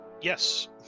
Yes